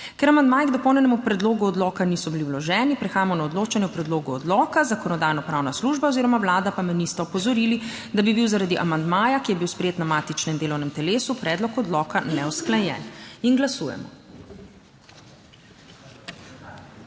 Ker amandmaji k dopolnjenemu predlogu odloka niso bili vloženi, prehajamo na odločanje o predlogu odloka. Zakonodajno-pravna služba oziroma Vlada pa me nista opozorili, da bi bil zaradi amandmaja, ki je bil sprejet na matičnem delovnem telesu predlog odloka neusklajen. Glasujemo.